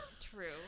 True